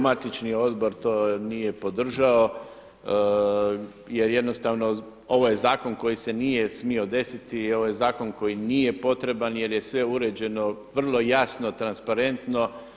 Matični odbor to nije podržao jer jednostavno ovaj zakon koji se nije smio desiti i ovaj zakon koji nije potreban jer je sve uređeno vrlo jasno, transparentno.